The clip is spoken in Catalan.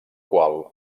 qual